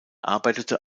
arbeitete